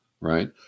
right